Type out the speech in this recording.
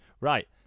Right